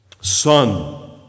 son